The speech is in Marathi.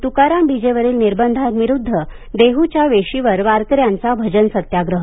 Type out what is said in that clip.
तुकाराम बीजेवरील निर्बंधांविरूद्ध देहुच्या वेशीवर वारकऱ्यांचा भजन सत्याग्रह